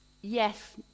yes